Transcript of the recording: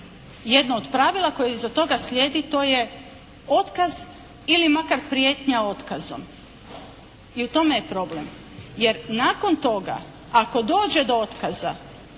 jedno od pravila koje iza toga slijedi to je otkaz ili makar prijetnja otkazom, i u tome je problem. Jer, nakon toga ako dođe do otkaza